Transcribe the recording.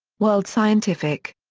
world scientific.